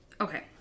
Okay